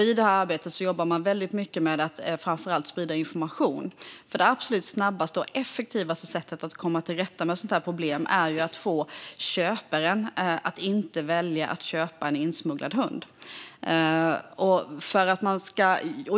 I det här arbetet jobbar man mycket med att framför allt sprida information, för det absolut snabbaste och effektivaste sättet att komma till rätta med ett sådant här problem är att få köparen att inte välja att köpa en insmugglad hund.